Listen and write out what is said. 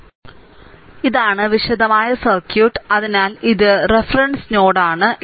ഇതാണ് വിശദമായ സർക്യൂട്ട് അതിനാൽ ഇത് റഫറൻസ് നോഡ് ആണ്